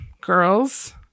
girls